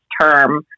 term